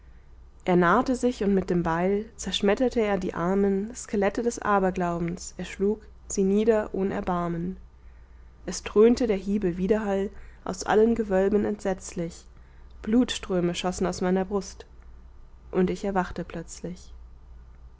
er nahte sich und mit dem beil zerschmetterte er die armen skelette des aberglaubens er schlug sie nieder ohn erbarmen es dröhnte der hiebe widerhall aus allen gewölben entsetzlich blutströme schossen aus meiner brust und ich erwachte plötzlich